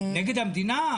נגד המדינה?